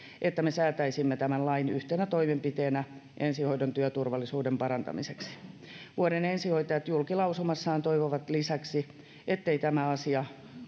että me säätäisimme tämän lain yhtenä toimenpiteenä ensihoidon työturvallisuuden parantamiseksi vuoden ensihoitajat julkilausumassaan toivovat lisäksi ettei tämä asia